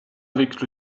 avec